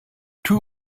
two